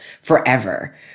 forever